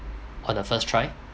on the first try